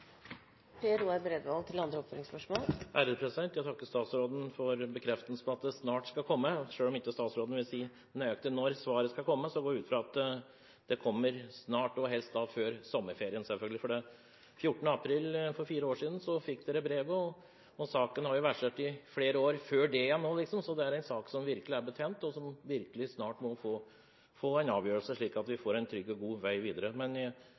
Jeg takker statsråden for bekreftelsen på at det snart skal komme en avgjørelse. Selv om ikke statsråden vil si nøyaktig når svaret skal komme, går jeg ut fra at det kommer snart – og helst før sommerferien, selvfølgelig. 14. april for fire år siden fikk departementet brevet, og saken har versert i flere år før det også. Det er en sak som virkelig er betent, og som snart må få en avgjørelse, slik at vi får en trygg og god vei videre.